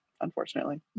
Unfortunately